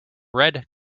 red